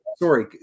Sorry